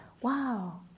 Wow